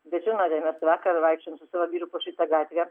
bet žinote mes vakar vaikščiojom su savo vyru o šitą gatvę